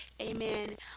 Amen